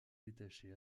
détaché